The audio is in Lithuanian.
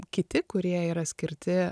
kiti kurie yra skirti